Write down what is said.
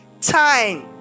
time